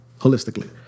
holistically